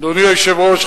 אדוני היושב-ראש,